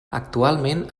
actualment